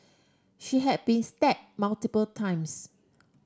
she had been stabbed multiple times